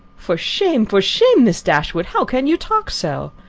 for shame, for shame, miss dashwood! how can you talk so?